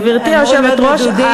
גברתי היושבת-ראש,